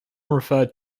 referred